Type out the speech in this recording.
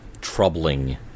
troubling